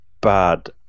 bad